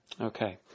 Okay